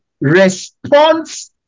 response